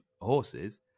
horses